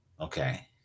okay